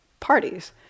parties